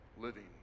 living